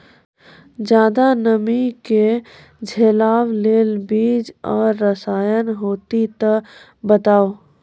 ज्यादा नमी के झेलवाक लेल बीज आर रसायन होति तऽ बताऊ?